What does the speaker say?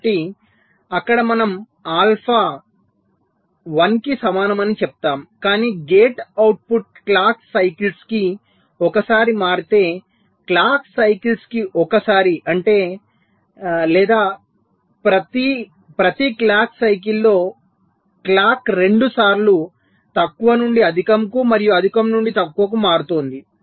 కాబట్టి అక్కడ మనము ఆల్ఫా 1 కి సమానమని చెప్తాము కాని గేట్ అవుట్పుట్ క్లాక్ సైకిల్స్ కి ఒకసారి మారితే క్లాక్ సైకిల్స్ కి ఒకసారి అంటే లేదా ప్రతి ప్రతి క్లాక్ సైకిల్ లో క్లాక్ రెండుసార్లు తక్కువ నుండి అధికంకు మరియు అధికం నుండి తక్కువకు మారుతోంది